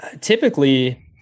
typically